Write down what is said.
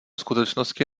skutečnosti